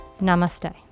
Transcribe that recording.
Namaste